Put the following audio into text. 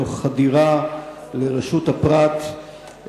תוך חדירה לרשות הפרט,